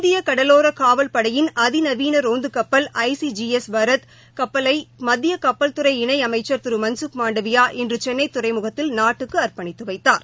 இந்திய கடலோரக் காவல்படையின் அதி நவீன ரோந்து கப்பல் I C G S Varad கப்பலை மத்திய கப்பல்துறை இணை அமைச்சர் திரு மன்சுக் மாண்டவியா இன்று சென்னை துறைமுகத்தில் நாட்டுக்கு அர்ப்பணித்து வைத்தார்